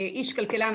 איש כלכלן,